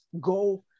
go